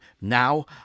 Now